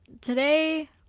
today